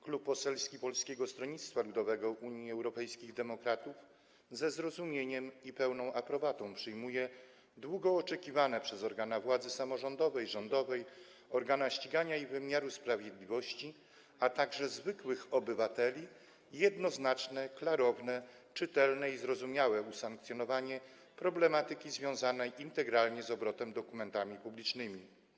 Klub Poselski Polskiego Stronnictwa Ludowego - Unii Europejskich Demokratów ze zrozumieniem i pełną aprobatą przyjmuje długo oczekiwane przez organa władzy samorządowej, rządowej, organa ścigania i wymiaru sprawiedliwości, a także zwykłych obywateli jednoznaczne, klarowne, czytelne i zrozumiałe usankcjonowanie problematyki integralnie związanej z obrotem dokumentami publicznymi.